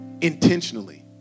intentionally